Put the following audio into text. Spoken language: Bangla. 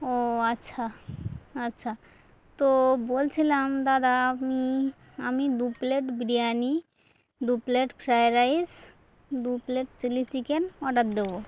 ও আচ্ছা আচ্ছা তো বলছিলাম দাদা আমি আমি দু প্লেট বিরিয়ানি দু প্লেট ফ্রায়েড রাইস দু প্লেট চিলি চিকেন অর্ডার দেবো